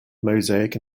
mosaic